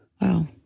wow